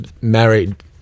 married